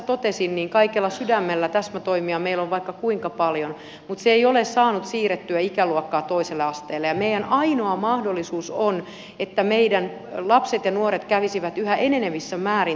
ja niin kuin minä tässä totesin kaikella sydämellä täsmätoimia meillä on vaikka kuinka paljon mutta niillä ei ole saatu siirrettyä ikäluokkaa toiselle asteelle ja meidän ainoa mahdollisuutemme on että meidän lapset ja nuoret kävisivät yhä enenevissä määrin toisen asteen koulutuksen